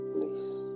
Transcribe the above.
Please